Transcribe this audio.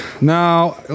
Now